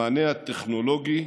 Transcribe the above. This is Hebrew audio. המענה הטכנולוגי,